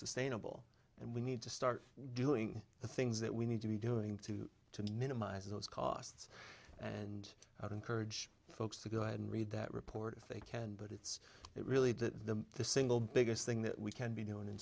sustainable and we need to start doing the things that we need to be doing to to minimize those costs and encourage folks to go ahead and read that report if they can but it's really the the single biggest thing that we can be doing in